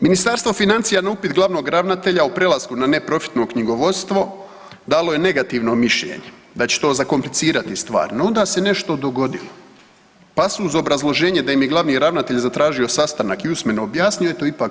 Ministarstvo financija na upit glavnog ravnatelja o prelasku na neprofitno knjigovodstvo dalo je negativno mišljenje, da će to zakomplicirati stvar no onda se nešto dogodilo pa su uz obrazloženje da im je glavni ravnatelj zatražio sastanak i usmeno objasnio, eto ipak